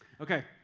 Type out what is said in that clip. Okay